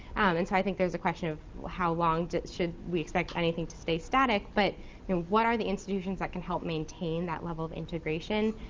and so i think there's a question of how long should we expect anything to stay static, but what are the institutions that can help maintain that level of integration?